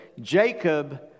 Jacob